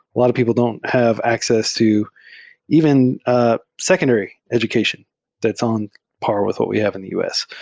a lot of people don't have access to even a secondary education that's on par with what we have in the u s.